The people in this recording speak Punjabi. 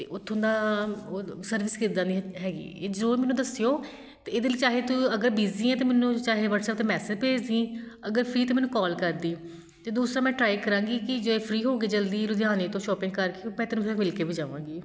ਅਤੇ ਉੱਥੋਂ ਦਾ ਉਹ ਸਰਵਿਸ ਕਿੱਦਾਂ ਦੀ ਹੈਗੀ ਇਹ ਜ਼ਰੂਰ ਮੈਨੂੰ ਦੱਸਿਓ ਅਤੇ ਇਹਦੇ ਲਈ ਚਾਹੇ ਤੂੰ ਅਗਰ ਬਿਜ਼ੀ ਹੈ ਅਤੇ ਮੈਨੂੰ ਚਾਹੇ ਵੱਟਸਐਪ 'ਤੇ ਮੈਸੇਜ ਭੇਜ ਦੀ ਅਗਰ ਫਰੀ ਤਾਂ ਮੈਨੂੰ ਕੋਲ ਕਰਦੀ ਅਤੇ ਦੂਸਰਾ ਮੈਂ ਟ੍ਰਾਈ ਕਰਾਂਗੀ ਕਿ ਜੇ ਫਰੀ ਹੋਊਗੇ ਜਲਦੀ ਲੁਧਿਆਣੇ ਤੋਂ ਸ਼ੋਪਿੰਗ ਕਰਕੇ ਮੈਂ ਤੈਨੂੰ ਫਿਰ ਮਿਲ ਕੇ ਵੀ ਜਾਵਾਂਗੀ